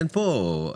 אין פה ייחודיות.